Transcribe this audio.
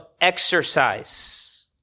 exercise